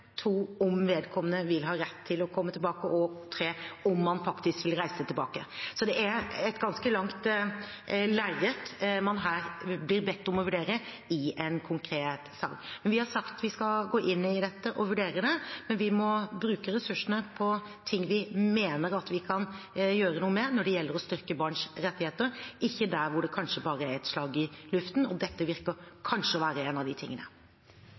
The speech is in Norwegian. om vedkommende vil ha rett til å komme tilbake, og 3) om man faktisk vil reise tilbake. Så det er ganske mye man her blir bedt om å vurdere i en konkret sak. Vi har sagt vi skal gå inn i dette og vurdere det, men vi må bruke ressursene på ting vi mener at vi kan gjøre noe med når det gjelder å styrke barns rettigheter, ikke der hvor det kanskje bare er et slag i luften, og dette virker kanskje å være